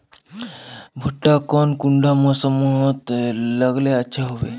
भुट्टा कौन कुंडा मोसमोत लगले अच्छा होबे?